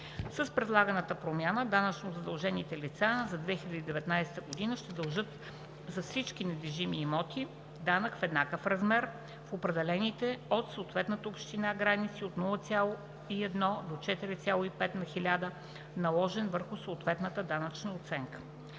С предлаганата промяна данъчно задължените лица за 2019 г. ще дължат за всички недвижими имоти данък в еднакъв размер в определените от съответната община граници от 0,1 до 4,5 на хиляда, наложен върху съответната данъчна оценка.